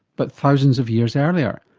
but thousands of years earlier.